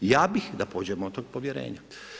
Ja bih da pođemo od tog povjerenja.